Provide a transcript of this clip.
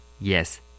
yes